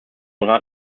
rat